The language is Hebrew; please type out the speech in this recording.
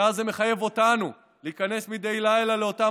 ואז זה מחייב אותנו להיכנס מדי לילה לאותן